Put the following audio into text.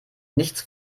nichts